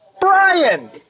Brian